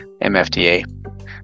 MFDA